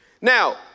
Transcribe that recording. Now